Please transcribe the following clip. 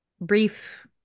brief